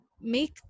make